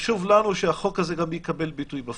חשוב לנו שהחוק הזה גם יקבל ביטוי בפועל.